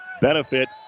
Benefit